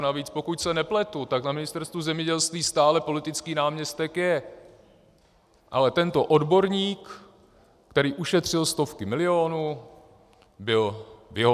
Navíc pokud se nepletu, tak na Ministerstvu zemědělství stále politický náměstek je, ale tento odborník, který ušetřil stovky milionů, byl vyhozen.